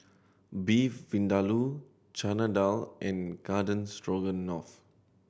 Beef Vindaloo Chana Dal and Garden Stroganoff